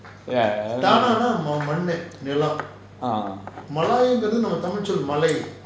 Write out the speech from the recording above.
ya uh